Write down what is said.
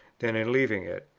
than in leaving it.